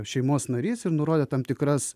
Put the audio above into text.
šeimos narys ir nurodė tam tikras